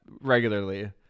regularly